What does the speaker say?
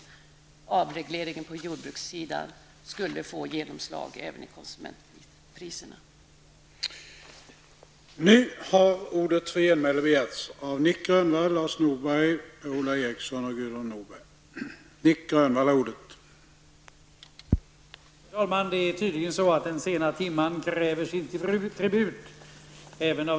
En avsikt med avregleringen på jordbrukssidan är ju att den skall få genomslag även i konsumentpriserna.